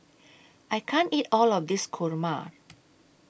I can't eat All of This Kurma